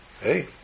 hey